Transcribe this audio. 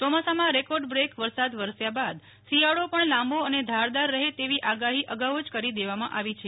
ચોમાસામાં record break વરસાદ વરસ્યા બાદ શિયાળો પણ લાંબો અને ધારદાર રહે તેવી આગાહી અગાઉ જ કરી દેવામાં આવી છે